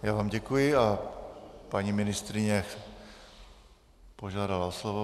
Já vám děkuji a paní ministryně požádala o slovo.